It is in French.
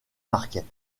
marquet